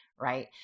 Right